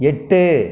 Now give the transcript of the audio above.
எட்டு